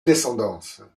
descendance